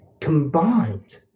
combined